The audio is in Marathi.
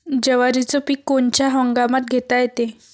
जवारीचं पीक कोनच्या हंगामात घेता येते?